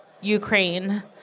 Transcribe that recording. Ukraine